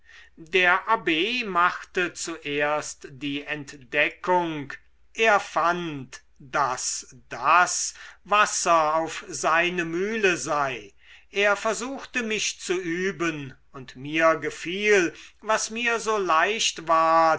der abb machte zuerst die entdeckung er fand daß das wasser auf seine mühle sei er versuchte mich zu üben und mir gefiel was mir so leicht ward